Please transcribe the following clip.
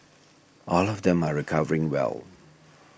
all of them are recovering well